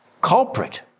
culprit